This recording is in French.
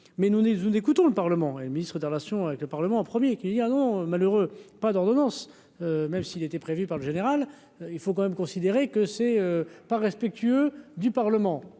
est nous écoutons le Parlement et ministre des Relations avec le Parlement, premier qui dit non malheureux, pas d'ordonnance, même s'il était prévu par le général, il faut quand même considérer que c'est pas respectueux du Parlement,